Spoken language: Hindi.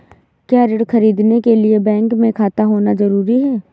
क्या ऋण ख़रीदने के लिए बैंक में खाता होना जरूरी है?